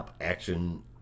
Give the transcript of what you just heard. action